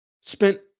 spent